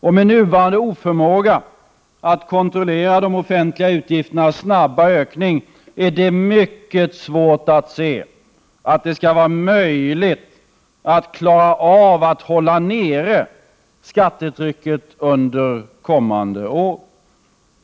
Och med nuvarande oförmåga att kontrollera de offentliga utgifternas snabba ökning är det mycket svårt att se hur det skulle kunna vara möjligt att klara av att hålla nere skattetrycket under kommande år.